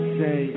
say